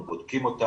אנחנו בודקים אותם,